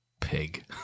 Pig